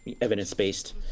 evidence-based